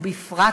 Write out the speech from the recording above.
ובפרט,